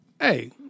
Hey